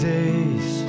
Days